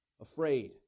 afraid